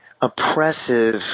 oppressive